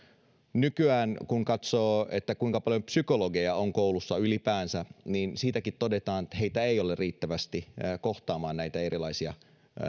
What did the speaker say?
nykyään kun katsoo kuinka paljon psykologeja on koulussa ylipäänsä niin siitäkin todetaan että heitä ei ole riittävästi kohtaamaan näitä erilaisia